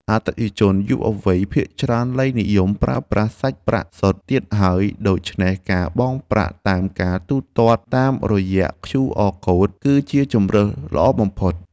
អតិថិជនយុវវ័យភាគច្រើនលែងនិយមប្រើប្រាស់សាច់ប្រាក់សុទ្ធទៀតហើយ ដូច្នេះការបង់ប្រាក់តាមការទូទាត់តាមរយៈឃ្យូអរកូដ គឺជាជម្រើសល្អបំផុត។